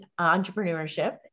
entrepreneurship